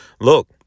look